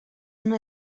una